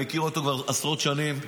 אני מכיר אותו כבר עשרות שנים,